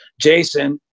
Jason